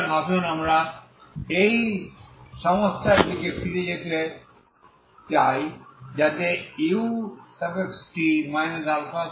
সুতরাং আসুন আমরা এই সমস্যার দিকে ফিরে যাই যাতে ut 2uxx0 x∈R